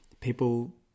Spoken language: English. people